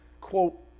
quote